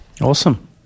Awesome